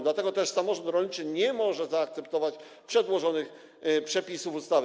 Dlatego też samorząd rolniczy nie może zaakceptować przedłożonych przepisów ustawy.